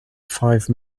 five